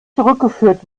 zurückgeführt